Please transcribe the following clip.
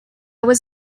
was